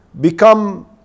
become